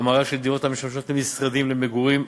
המרה של דירות המשמשות למשרדים למגורים,